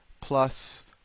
plus